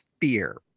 fear